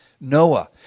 Noah